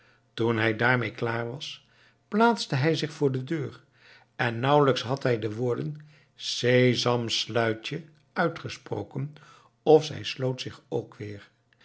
toen hij daarmee klaar was plaatste hij zich voor de deur en nauwelijks had hij de woorden sesam sluit je uitgesproken of zij sloot zich ook weer